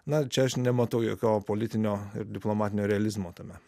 na čia aš nematau jokios politinio ir diplomatinio realizmo tame